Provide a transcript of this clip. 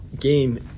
game